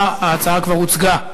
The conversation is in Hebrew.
והצבעה, ההצעה כבר הוצגה,